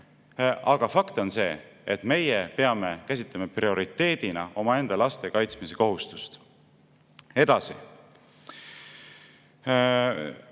aga fakt on see, et meie peame käsitlema prioriteedina omaenda laste kaitsmise kohustust. Edasi